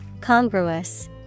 Congruous